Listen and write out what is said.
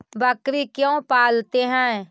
बकरी क्यों पालते है?